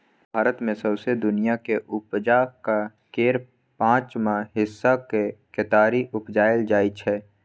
भारत मे सौंसे दुनियाँक उपजाक केर पाँचम हिस्साक केतारी उपजाएल जाइ छै